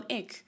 ik